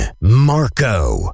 Marco